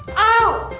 oh